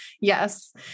Yes